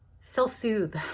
self-soothe